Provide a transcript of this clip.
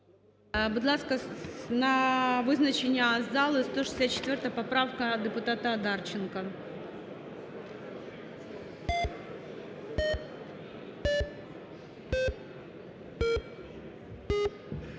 Будь ласка, на визначення зали 164 поправка депутата Одарченка.